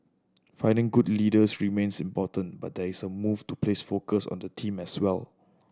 finding good leaders remains important but there is a move to place focus on the team as well